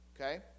Okay